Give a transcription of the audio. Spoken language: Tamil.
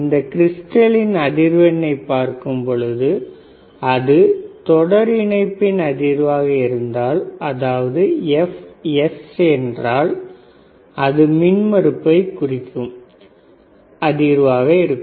இந்தப் கிரிஸ்டலின் அதிர்வெண்ணை பார்க்கும் பொழுது அது தொடர் இணைப்பின் அதிர்வாக இருந்தால் அதாவது fs என்றால் அது மின் மறுப்பை குறைக்கும் அதிர்வாக இருக்கும்